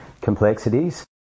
complexities